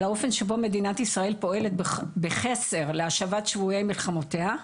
על האופן שבו מדינת ישראל פועלת בחסר להשבת שבויי מלחמותיה,